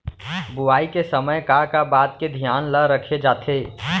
बुआई के समय का का बात के धियान ल रखे जाथे?